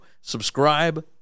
subscribe